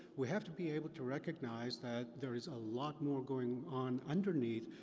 we have to be able to recognize that, there is a lot more going on underneath,